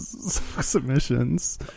submissions